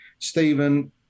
stephen